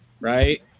right